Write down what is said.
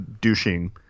douching